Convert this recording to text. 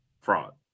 fraud